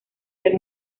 ser